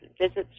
visits